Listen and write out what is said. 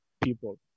people